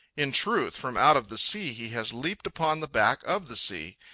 in truth, from out of the sea he has leaped upon the back of the sea,